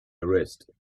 arrest